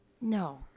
No